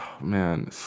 Man